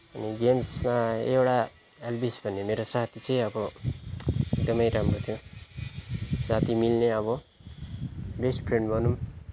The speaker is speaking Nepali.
अनि गेम्समा एउटा एल्भिस भन्ने मेरो साथी चाहिँ अब एकदमै राम्रो थियो साथी मिल्ने अब बेस्ट फ्रेन्ड भनौँ